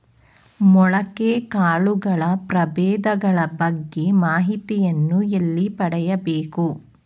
ಮೊಳಕೆ ಕಾಳುಗಳ ಪ್ರಭೇದಗಳ ಬಗ್ಗೆ ಮಾಹಿತಿಯನ್ನು ಎಲ್ಲಿ ಪಡೆಯಬೇಕು?